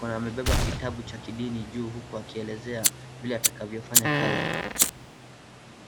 amebeba kitabu cha kidini juu huku akielezea vile atakavyo fanya kazi.